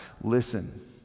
Listen